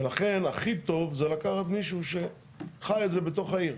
ולכן הכי טוב זה לקחת מישהו שחי את זה בתוך העיר.